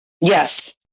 yes